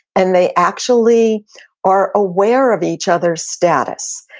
and they actually are aware of each other's status.